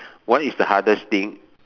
what is the hardest thing